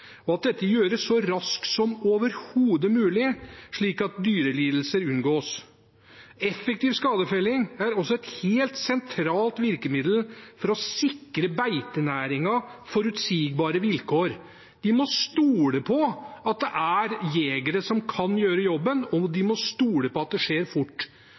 overhodet mulig, slik at dyrelidelser unngås. Effektiv skadefelling er også et helt sentralt virkemiddel for å sikre beitenæringen forutsigbare vilkår. Vi må stole på at det er jegere som kan gjøre jobben, og vi må stole på at det skjer fort.